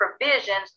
provisions